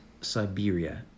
Siberia